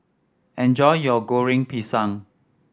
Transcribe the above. enjoy your Goreng Pisang